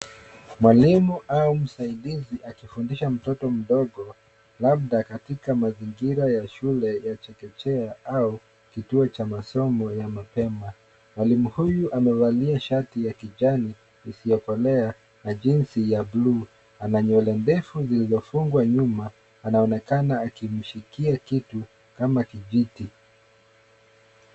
Mwalimu au msaidizi akifundisha mtoto mdogo labda katika mazingira ya shule ya chekechea au kituo cha masomo ya mapema. Mwalimu huyu amevalia shati la kijani isiyokolea na jeans ya buluu. Ana nywele ndefu zilizofungwa nyuma. Anaonekana akimshikia kitu kama kijiti.